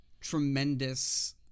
tremendous